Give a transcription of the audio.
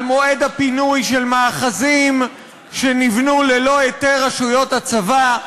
על מועד הפינוי של מאחזים שנבנו ללא היתר רשויות הצבא,